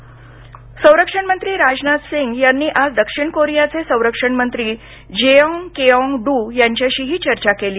राजनाथ संरक्षणमंत्री राजनाथसिंग यांनी आज दक्षिण कोरियाचे संरक्षण मंत्री जेऑग केऑग डू यांच्याशीही चर्चा केली